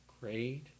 great